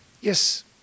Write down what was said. Yes